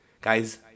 Guys